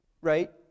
right